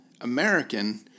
American